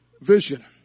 vision